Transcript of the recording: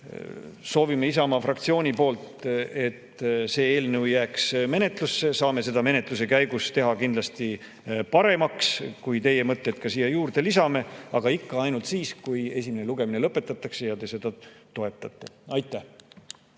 soovime Isamaa fraktsiooniga, et see eelnõu jääks menetlusse. Saame seda menetluse käigus teha kindlasti paremaks, kui teie mõtted ka siia juurde lisame, aga [seda saab teha] ainult siis, kui esimene lugemine lõpetatakse ja te seda toetate. Aitäh!